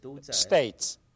states